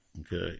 Okay